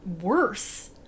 worse